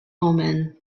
omen